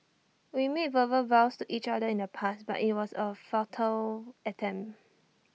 we made verbal vows to each other in the past but IT was A futile attempt